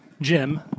Jim